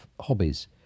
hobbies